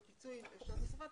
או פיצוי לשעות נוספות,